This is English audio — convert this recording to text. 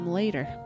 later